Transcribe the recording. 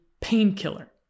painkiller